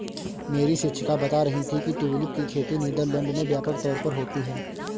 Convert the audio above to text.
मेरी शिक्षिका बता रही थी कि ट्यूलिप की खेती नीदरलैंड में व्यापक तौर पर होती है